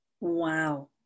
wow